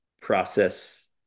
process